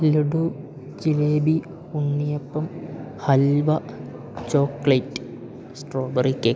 laddu jalebi unniyappam halwa chocolate strawberry cake